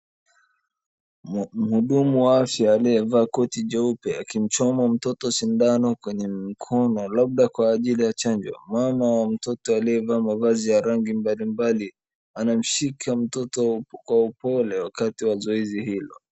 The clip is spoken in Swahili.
Mhudumu wa afya aliyevaa koti jeupe akimchoma mtoto sindano kwenye mikono labda kwa ajili ya chanjo. Mama ya mtoto aliyevaa mavazi ya rangi mbalimbali anamshika mtoto kwa upole wakati wa zoezi hilo.